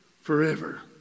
forever